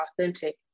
authentic